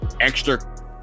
extra